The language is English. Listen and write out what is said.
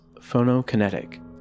Phonokinetic